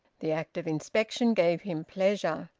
the act of inspection gave him pleasure.